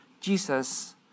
Jesus